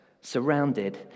surrounded